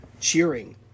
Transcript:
cheering